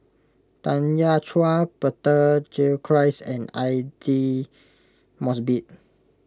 Tanya Chua Peter Gilchrist and Aidli Mosbit